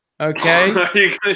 Okay